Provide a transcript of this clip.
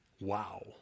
Wow